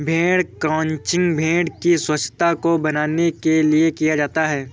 भेड़ क्रंचिंग भेड़ की स्वच्छता को बनाने के लिए किया जाता है